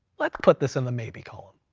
let's put this in the maybe column.